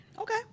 Okay